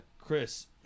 Chris